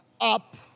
up